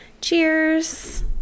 Cheers